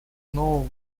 нового